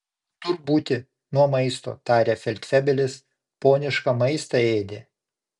tur būti nuo maisto tarė feldfebelis ponišką maistą ėdė